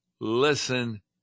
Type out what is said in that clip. Listen